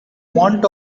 want